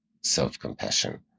self-compassion